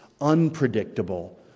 unpredictable